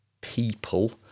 people